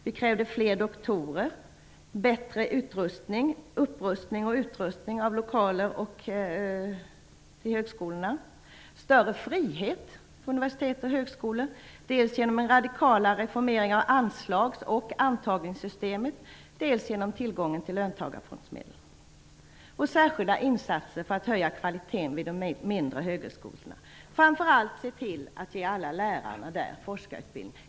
Vi krävde fler doktorer, bättre utrustning, en upprustning av högskolornas lokaler, större frihet för universitet och högskolor, dels genom en radikal reformering av anslags och antagningssystemet, dels genom tillgången till löntagarfondsmedel, samt särskilda insatser för att höja kvaliteten vid de gamla högskolorna. Framför allt skulle man se till att alla lärare där skulle ha forskarutbildning.